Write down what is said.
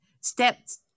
steps